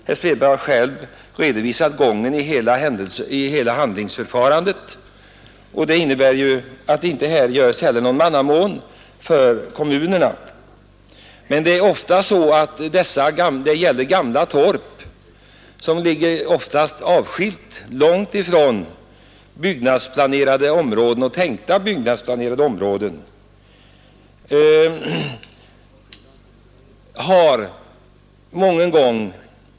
Herr Svedberg har själv redovisat hela förfarandet, och det innebär ju att det inte här heller görs någon mannamån för kommunerna. Men oftast gäller det gamla torp som ligger avskilt, långt ifrån byggnadsplanerade områden och områden som man tänker byggnadsplanera.